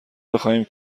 بخواهیم